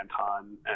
Anton